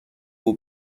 will